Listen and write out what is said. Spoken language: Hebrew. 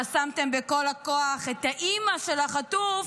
חסמתם בכל הכוח את האימא של החטוף